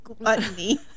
Gluttony